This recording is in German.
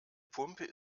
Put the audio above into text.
pumpe